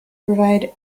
provide